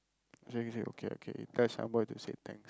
Sekar say okay okay tell shan boy to say thanks